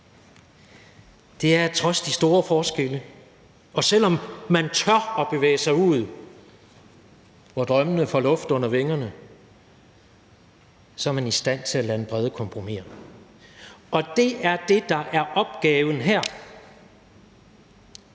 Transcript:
at man trods de store forskelle og selv om man tør bevæge sig derud, hvor drømmene får luft under vingerne, så er i stand til at lande brede kompromiser. Og det er det, der er opgaven her.